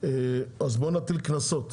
אז בוא נטיל קנסות,